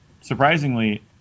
surprisingly